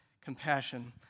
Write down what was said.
compassion